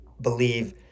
believe